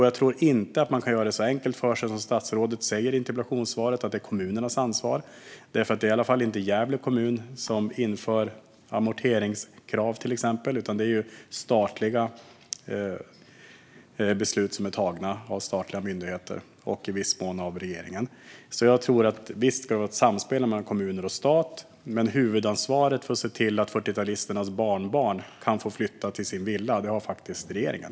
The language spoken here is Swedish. Jag tror inte att man kan göra det så enkelt för sig som statsrådet gör, då han i interpellationssvaret säger att det är kommunernas ansvar. Det är i alla fall inte till exempel Gävle kommun som inför amorteringskrav, utan det handlar om beslut som är tagna av statliga myndigheter och i viss mån av regeringen. Visst ska det vara ett samspel mellan kommuner och stat, men huvudansvaret för att se till att 40-talisternas barnbarn kan få flytta till sin villa har faktiskt regeringen.